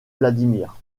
vladimir